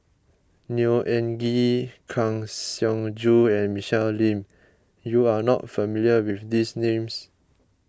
Neo Anngee Kang Siong Joo and Michelle Lim you are not familiar with these names